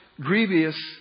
grievous